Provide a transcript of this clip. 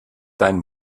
deinen